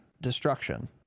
destruction